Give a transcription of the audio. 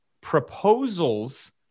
proposals